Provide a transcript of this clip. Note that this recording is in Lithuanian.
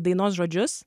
dainos žodžius